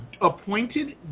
appointed